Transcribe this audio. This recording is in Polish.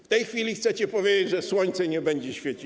W tej chwili chcecie powiedzieć, że słońce nie będzie świecić.